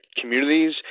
communities